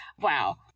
Wow